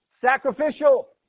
sacrificial